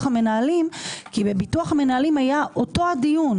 המנהלים כי בביטוח המנהלים היה אותו דיון,